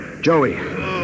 Joey